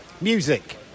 Music